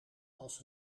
als